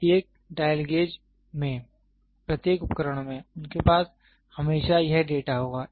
प्रत्येक dial gauge में प्रत्येक उपकरण में उनके पास हमेशा यह डेटा होगा